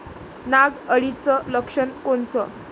नाग अळीचं लक्षण कोनचं?